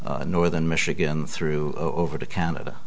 northern michigan through over to canada